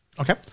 Okay